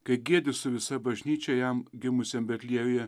kai giedi su visa bažnyčia jam gimusiam betliejuje